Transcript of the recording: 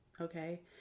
Okay